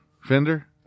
Fender